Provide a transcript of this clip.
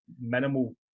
minimal